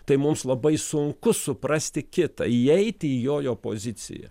tai mums labai sunku suprasti kitą įeiti į jojo poziciją